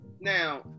Now